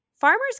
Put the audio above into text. Farmers